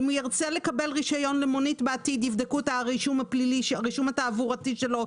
אם ירצה לקבל רשיון למונית בעתיד יבדקו את הרישום התעבורתי שלו,